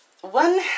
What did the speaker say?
one